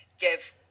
give